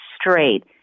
straight